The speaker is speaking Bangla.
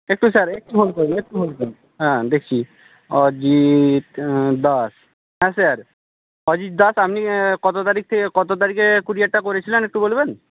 একটু স্যার একটু হোল্ড করুন একটু হোল্ড করুন হ্যাঁ দেখছি অজিত দাস হ্যাঁ স্যার অজিত দাস আপনি কত তারিখ থেকে কত তারিখে ক্যুরিয়ারটা করেছিলেন একটু বলবেন